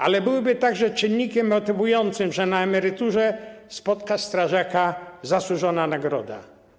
Ale byłby także czynnikiem motywującym - na emeryturze spotkałaby strażaka zasłużona nagroda.